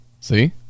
See